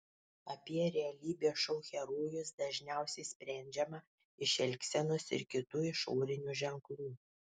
apie realybės šou herojus dažniausiai sprendžiama iš elgsenos ir kitų išorinių ženklų